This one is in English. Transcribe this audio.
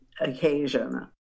occasion